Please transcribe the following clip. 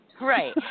Right